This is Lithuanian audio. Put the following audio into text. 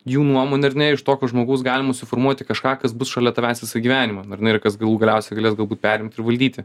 jų nuomone ar ne iš tokio žmogaus galima suformuoti kažką kas bus šalia tavęs visą gyvenimą ar ne ir kas galų galiausiai galės galbūt perimti ir valdyti